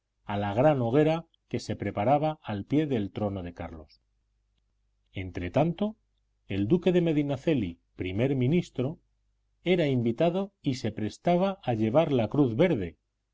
a la gran hoguera que se preparaba al pie del trono de carlos entretanto el duque de medinaceli primer ministro era invitado y se prestaba a llevar la cruz verde